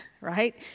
right